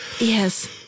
Yes